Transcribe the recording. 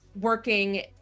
working